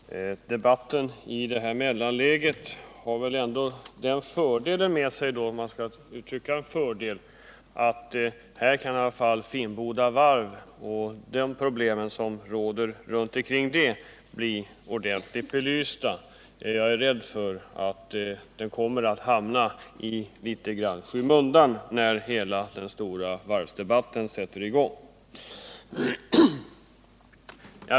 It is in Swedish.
Herr talman! Debatten i det här mellanläget har väl ändå den fördelen med sig — om man nu kan kalla det en fördel — att nu kan i alla fall Finnboda varv och problemen i det sammanhanget bli ordentligt belysta. Jag är rädd för att de kommer att hamna litet i skymundan när hela den stora varvsdebatten sätter i gång.